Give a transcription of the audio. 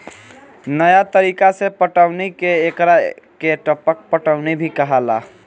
नया तरीका के पटौनी के एकरा के टपक पटौनी भी कहाला